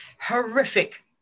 horrific